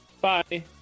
Bye